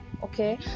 okay